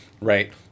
Right